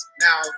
now